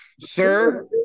sir